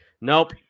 Nope